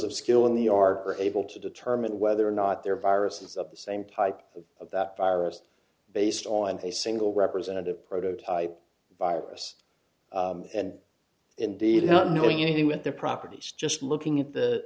of skill in the ark are able to determine whether or not they're viruses of the same type of that virus based on a single representative prototype virus and indeed not knowing anything with their properties just looking at the